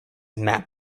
map